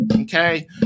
Okay